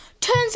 Turns